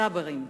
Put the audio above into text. צברים.